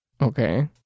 okay